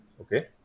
okay